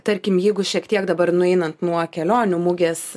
tarkim jeigu šiek tiek dabar nueinant nuo kelionių mugės